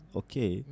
okay